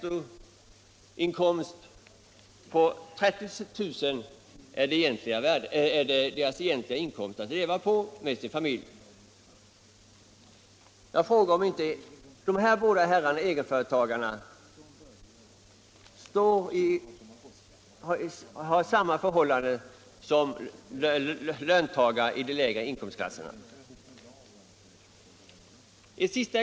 och att den egentliga inkomsten att leva på med familj är 30 000 kr. Lever inte de här båda egenföretagarna under samma ekonomiska förhållanden som löntagare i de lägre inkomstklasserna?